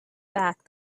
back